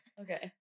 Okay